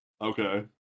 Okay